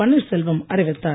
பன்னீர்செல்வம் அறிவித்தார்